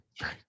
Right